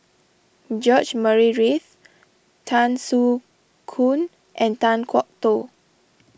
George Murray Reith Tan Soo Khoon and Kan Kwok Toh